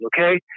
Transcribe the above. Okay